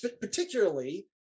particularly